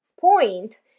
point